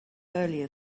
earlier